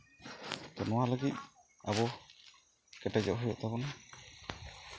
ᱟᱫᱚ ᱱᱚᱣᱟ ᱞᱟᱹᱜᱤᱫ ᱟᱵᱚ ᱠᱮᱴᱮᱡᱚᱜ ᱦᱩᱭᱩᱜ ᱛᱟᱵᱚᱱᱟ